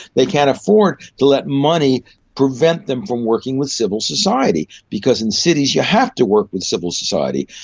they can't afford to let money prevent them from working with civil society, because in cities you have to work with civil society.